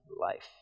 life